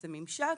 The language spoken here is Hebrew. זה ממשק